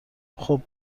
خوب